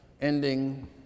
ending